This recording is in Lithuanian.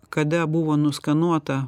kada buvo nuskenuota